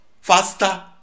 faster